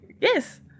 Yes